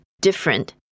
different